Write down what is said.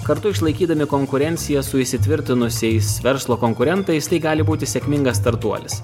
kartu išlaikydami konkurenciją su įsitvirtinusiais verslo konkurentais tai gali būti sėkmingas startuolis